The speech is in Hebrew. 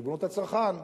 ריבונות הצרכן,